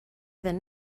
than